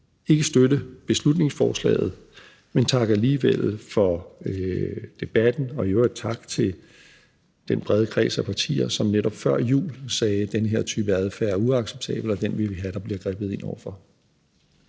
ikke støtte beslutningsforslaget, men takker alligevel for debatten. Og i øvrigt tak til den brede kreds af partier, som netop før jul sagde, at den her type adfærd er uacceptabel, og den vil vi have der bliver grebet ind over for.